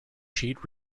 sheet